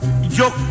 Yo